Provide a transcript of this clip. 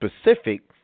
specific